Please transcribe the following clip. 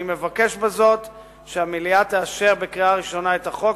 אני מבקש בזאת שהמליאה תאשר בקריאה ראשונה את החוק,